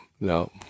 no